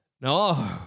no